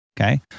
okay